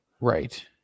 Right